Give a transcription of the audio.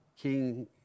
King